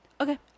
okay